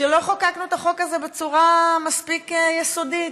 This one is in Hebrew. שלא חוקקנו את החוק הזה בצורה מספיק יסודית,